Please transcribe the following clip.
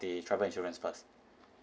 the travel insurance first